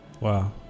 wow